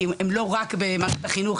כי הם לא רק במערכת החינוך,